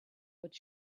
what